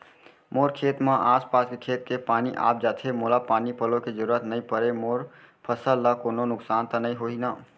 मोर खेत म आसपास के खेत के पानी आप जाथे, मोला पानी पलोय के जरूरत नई परे, मोर फसल ल कोनो नुकसान त नई होही न?